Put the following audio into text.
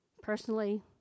personally